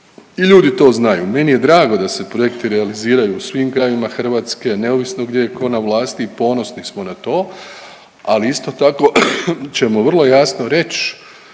i ljudi to znaju. Meni je drago da se projekti realiziraju u svim krajevima Hrvatske neovisno gdje je tko na vlasti i ponosni smo na to ali isto tako ćemo vrlo jasno reć